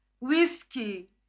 Whiskey